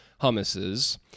hummuses